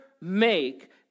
make